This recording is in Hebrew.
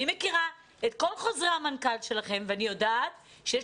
אני מכירה את חוזרי המנכ"ל שלכם ואני יודעת שיש